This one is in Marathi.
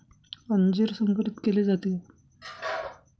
अंजीर संकरित केले जाते का?